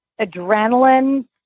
adrenaline